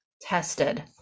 tested